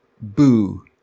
boo